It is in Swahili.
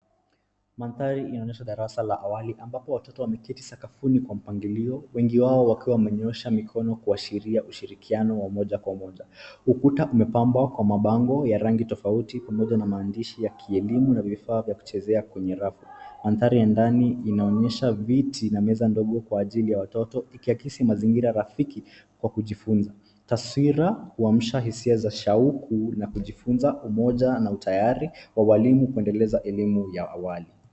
Mandhari inaonyesha darasa la awali, ambapo watoto wameketi sakafuni kwa mpangilio , wengi wao wakiwa wamenyoosha mikono kuashiria ushirikiano wa moja kwa moja. Ukuta umepambwa kwa mabango ya rangi tofauti pamoja na maandishi ya kielimu na vifaa vya kuchezea kwenye rafu. Mandhari ya ndani inaonyesha viti na meza ndogo kwa ajili ya watoto ikiakisi mazingira rafiki kwa kujifunza. Taswira huamsha hisia za shauku na kujifunza umoja na utayari wa walimu kuendeleza elimu ya awali.